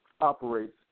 operates